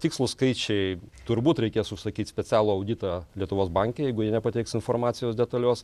tikslūs skaičiai turbūt reikės užsakyt specialų auditą lietuvos banke jeigu jie nepateiks informacijos detalios